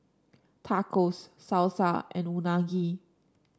Tacos Salsa and Unagi